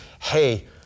hey